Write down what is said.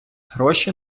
гроші